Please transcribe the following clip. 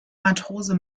matrose